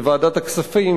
בוועדת הכספים,